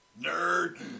nerd